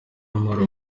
marie